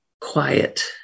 quiet